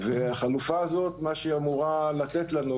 והחלופה הזאת,